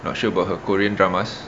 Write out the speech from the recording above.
not sure about her korean dramas